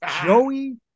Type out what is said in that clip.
Joey